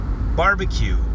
barbecue